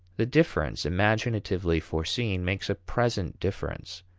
the difference imaginatively foreseen makes a present difference,